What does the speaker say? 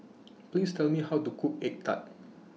Please Tell Me How to Cook Egg Tart